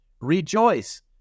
Rejoice